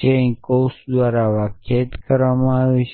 છે જે અહીં કૌંસ દ્વારા વ્યાખ્યાયિત કરવામાં આવી છે